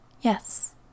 Yes